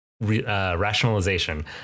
rationalization